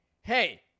hey